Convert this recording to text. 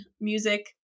music